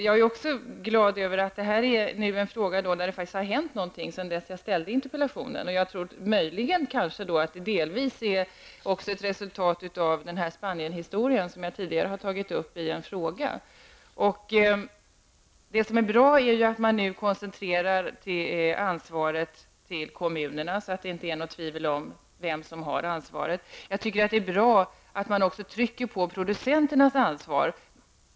Jag är också glad över att detta är ett område där det faktiskt har hänt en del sedan jag ställde interpellationen. Jag tror möjligen att det kanske delvis också är ett resultat av Spanienfallet, som jag tidigare har tagit upp i en fråga. Det som är bra är att man nu koncentrerar ansvaret till kommunerna, så att det inte är något tvivel om vem som har ansvaret. Jag tycker att det är bra att man också trycker på producenternas ansvar.